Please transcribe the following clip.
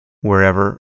wherever